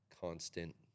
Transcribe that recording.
constant